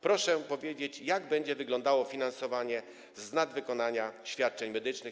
Proszę powiedzieć, jak będzie wyglądało finansowanie z nadwykonania świadczeń medycznych.